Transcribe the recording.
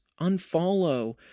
Unfollow